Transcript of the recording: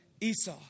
Esau